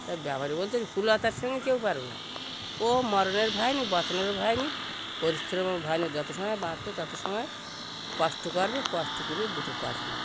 তা ব্যাপারী বলছে যে সুলতার সঙ্গে কেউ পারবে না ওর মরণের ভয় নেই বাঁচনের ভয় নেই পরিশ্রমের ভয় নেই যত সময় বাঁচবে তত সময় কষ্ট করবে কষ্ট করে দুটো পয়সা নেবে